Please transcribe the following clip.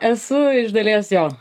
esu iš dalies jo